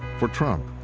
for trump,